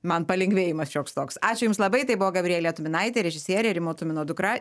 man palengvėjimas šioks toks ačiū jums labai tai buvo gabrielė tuminaitė režisierė rimo tumino dukra